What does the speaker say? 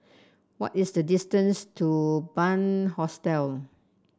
what is the distance to Bunc Hostel